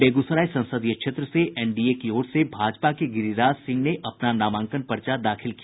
बेगूसराय संसदीय क्षेत्र से एनडीए की ओर से भाजपा के गिरिराज सिंह ने अपना नामांकन पर्चा दाखिल किया